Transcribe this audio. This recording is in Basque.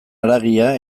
haragia